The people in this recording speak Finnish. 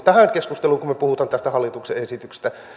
tähän keskusteluun kun me puhumme tästä hallituksen esityksestä